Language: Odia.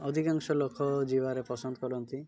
ଅଧିକାଂଶ ଲୋକ ଯିବାରେ ପସନ୍ଦ କରନ୍ତି